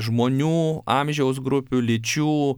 žmonių amžiaus grupių lyčių